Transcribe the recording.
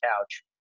couch